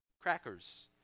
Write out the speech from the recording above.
crackers